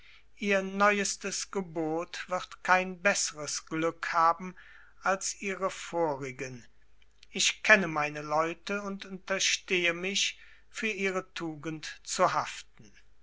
ihr neuestes gebot wird kein besseres glück haben als ihre vorigen ich kenne meine leute und unterstehe mich für ihre tugend zu haften